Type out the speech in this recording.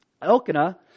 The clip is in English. Elkanah